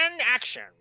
action